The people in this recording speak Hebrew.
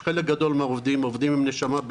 חלק גדול מן העובדים הם אנשים עם נשמה,